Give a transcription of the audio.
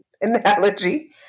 analogy